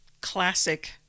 classic